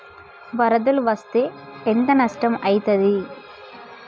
వరదలు వస్తే ఎంత నష్టం ఐతది?